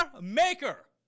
Maker